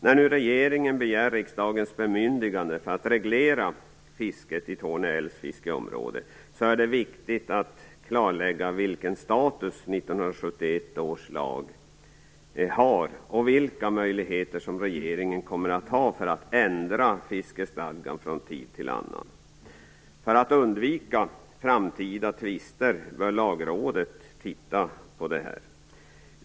När nu regeringen begär riksdagens bemyndigande för att reglera fisket i Torne älvs fiskeområde är det viktigt att klarlägga vilken status 1971 års lag har och vilka möjligheter regeringen kommer att ha att ändra fiskestadgan från tid till annan. För att undvika framtida tvister bör Lagrådet titta på detta.